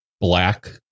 black